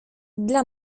dla